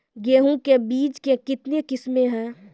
गेहूँ के बीज के कितने किसमें है?